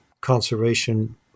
conservation